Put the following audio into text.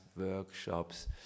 workshops